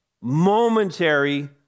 momentary